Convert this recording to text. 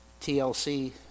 TLC